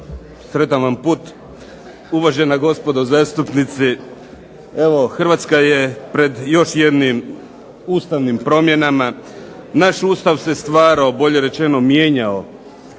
Sretan vam put! Uvažena gospodo zastupnici. Evo Hrvatska je pred još jednim ustavnim promjenama. Naš Ustav se stvarao, bolje rečeno mijenjao